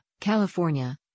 California